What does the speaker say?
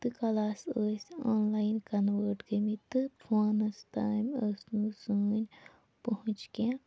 تہٕ کَلاس ٲسۍ آنلایِن کَنوٲٹ گٔمٕتۍ تہٕ فونَس تامۍ ٲسۍ نہٕ سٲنٛۍ پوچھ کیٚنٛہہ